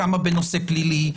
כמה בנושא פלילי,